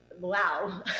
wow